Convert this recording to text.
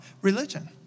Religion